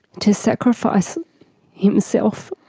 to sacrifice himself